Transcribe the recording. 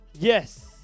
Yes